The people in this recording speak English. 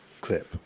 clip